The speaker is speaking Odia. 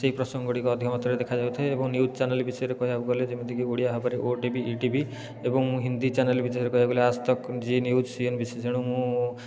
ସେ ପ୍ରସଙ୍ଗ ଗୁଡ଼ିକ ଅଧିକ ମାତ୍ରାରେ ଦେଖାଯାଉଥାଏ ଏବଂ ନ୍ୟୁଜ ଚ୍ୟାନେଲ ବିଷୟରେ କହିବାକୁ ଗଲେ ଯେମିତିକି ଓଡ଼ିଆ ଭାବରେ ଓଟିଭି ଇଟିଭି ଏବଂ ହିନ୍ଦୀ ଚ୍ୟାନେଲ ବିଷୟରେ କହିବାକୁ ଗଲେ ଆଜତକ୍ ଜି ନ୍ୟୁଜ ସିଏନବିସି ମୁଁ